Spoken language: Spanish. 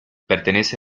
pertenece